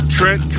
Trent